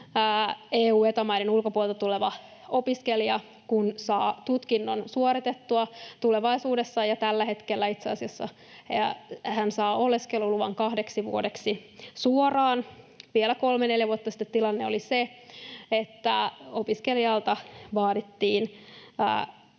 Eta-maiden ulkopuolelta tuleva opiskelija kun saa tutkinnon suoritettua, tulevaisuudessa ja tällä hetkellä itse asiassa hän saa oleskeluluvan kahdeksi vuodeksi suoraan. Vielä kolme neljä vuotta sitten tilanne oli se, että opiskelijalta vaadittiin